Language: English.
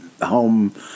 home